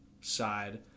side